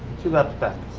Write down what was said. two laps back.